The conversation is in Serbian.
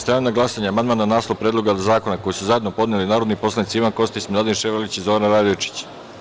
Stavljam na glasanje amandman na naslov Predloga zakona koji su zajedno podneli narodni poslanici Ivan Kostić, Miladin Ševarlić i Zoran Radojičić.